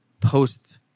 post